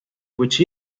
which